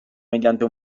mediante